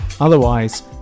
otherwise